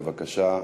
בבקשה,